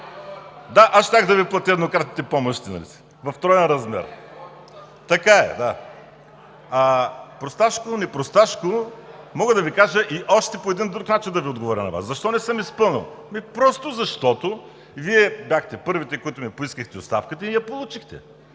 Аз щях да Ви платя еднократните помощи в троен размер. Просташко – непросташко, мога да Ви кажа и още по един друг начин да Ви отговаря на Вас защо не съм изпълнил. Ами, просто защото Вие бяхте първите, които ми поискахте оставката и я получихте,